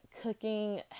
cooking